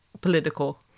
political